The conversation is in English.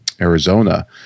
Arizona